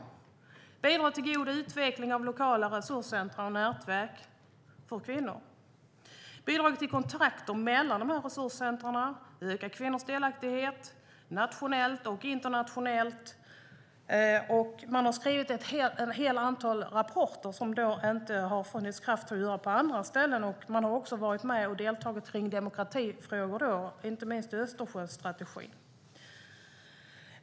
Det har handlat om att bidra till god utveckling av lokala resurscentrum och nätverk för kvinnor, liksom om bidrag till kontakter mellan dessa resurscentrum. Det har handlat om att öka kvinnors delaktighet nationellt och internationellt. Man har också skrivit ett antal rapporter det inte har funnits kraft till att skriva på andra ställen, och man har varit med och deltagit i demokratifrågor - inte minst när det gäller Östersjöstrategin.